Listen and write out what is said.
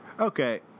Okay